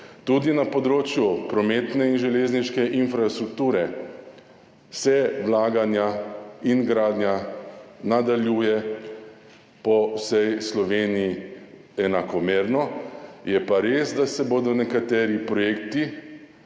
Tudi na področju prometne in železniške infrastrukture se nadaljujejo vlaganja in gradnje po vsej Sloveniji enakomerno. Je pa res, da se bodo nekateri projekti